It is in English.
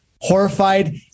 horrified